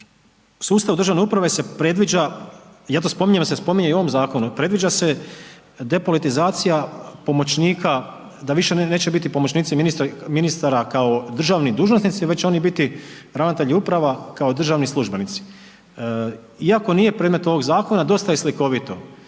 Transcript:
sustavu državne uprave se predviđa, ja to spominjem jer se spominje i u ovom zakonu, predviđa se depolitizacija pomoćnika da više neće biti pomoćnici ministara kao državni dužnosnici već će oni biti ravnatelji uprava kao državni službenici. Iako nije predmet ovog zakona dosta je slikovito,